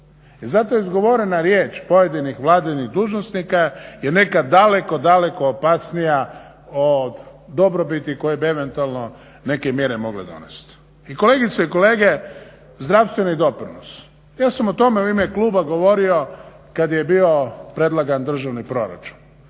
zato izgovorena riječ pojedinih vladinih dužnosnika je nekad daleko, daleko opasnija od dobrobiti koje bi eventualno neke mjere mogle donesti. I kolegice i kolege, zdravstveni doprinos. Ja sam o tome u ime kluba govorio kad je bio predlagan državni proračun.